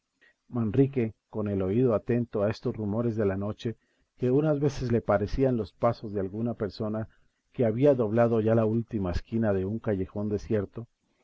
manrique con el oído atento a estos rumores de la noche que unas veces le parecían los pasos de alguna persona que había doblado ya la última esquina de un callejón desierto